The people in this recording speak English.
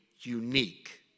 unique